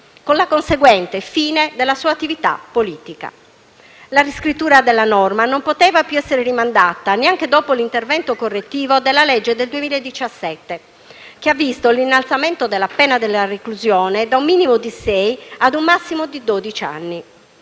con la conseguente fine della sua attività politica. La riscrittura della norma non poteva più essere rimandata, neanche dopo l'intervento correttivo della legge del 2017, che ha visto l'innalzamento della pena della reclusione da un minimo di sei ad un massimo di dodici